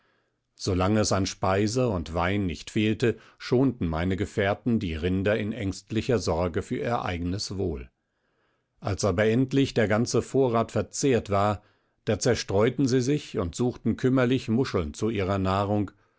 lange es an speise und wein nicht fehlte schonten meine gefährten der rinder in ängstlicher sorge für ihr eigenes wohl als aber endlich der ganze vorrat verzehrt war da zerstreuten sie sich und suchten kümmerlich muscheln zu ihrer nahrung